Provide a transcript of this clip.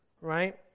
Right